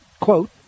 quote